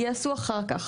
יעשו אחר כך.